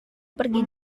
pergi